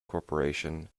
corporation